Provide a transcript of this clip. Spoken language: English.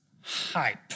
hype